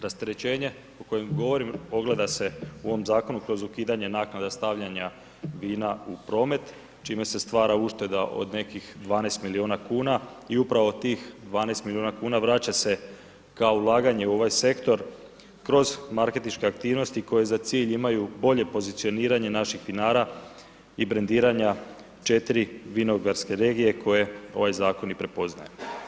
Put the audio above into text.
Rasterećenje o kojem govorim ogleda se u ovom zakonu kroz ukidanje naknada stavljanja vina u promet čime se stvara ušteda od nekih 12 miliona kuna i upravo tih 12 miliona kuna vraća se kao ulaganje u ovaj sektor kroz marketinške aktivnosti koje za cilj imaju bolje pozicioniranje naših vinara i brendiranja 4 vinogradske regije koje ovaj zakon i prepoznaje.